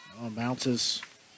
Bounces